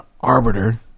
arbiter